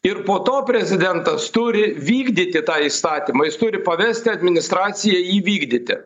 ir po to prezidentas turi vykdyti tą įstatymą jis turi pavesti administracijai jį vykdyti